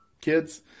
kids